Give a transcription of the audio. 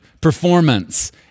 performance